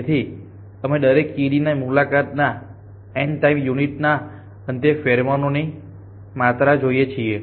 તેથી અમે દરેક કીડી ના મુલાકાતના N ટાઇમ યુનિટ ના અંતે ફેરોમોનની માત્રાને જોઈએ છીએ